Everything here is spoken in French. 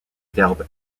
verbes